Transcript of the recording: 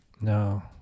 No